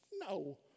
No